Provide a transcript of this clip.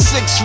Six